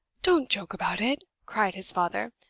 don't joke about it! cried his father.